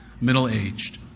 middle-aged